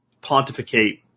pontificate